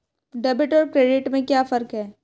Debit और credit में क्या फर्क है?